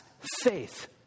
faith